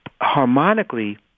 Harmonically